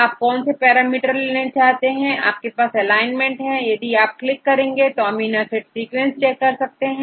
आप कौन से पैरामीटर लेना चाहते हैं आपके पास एलाइनमेंट हैं यहां पर आप क्लिक कर अमीनो एसिड सीक्वेंस चेक कर पाएंगे